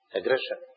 Aggression